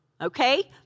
Okay